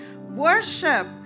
worship